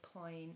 point